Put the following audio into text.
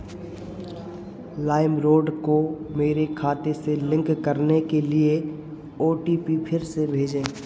LimeRoad को मेरे खाते से लिंक करने के लिए ओ टी पी फिर से भेजें